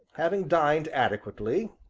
having dined adequately,